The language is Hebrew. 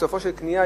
בסופה של קנייה,